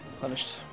Punished